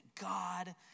God